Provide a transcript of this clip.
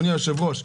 אדוני היושב-ראש,